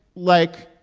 like,